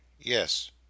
Yes